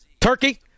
Turkey